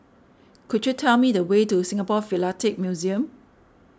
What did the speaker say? could you tell me the way to Singapore Philatelic Museum